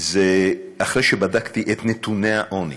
אחרי שבדקתי את נתוני העוני,